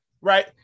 right